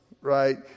right